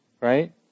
right